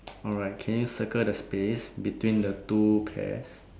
alright can you circle the space between the two pears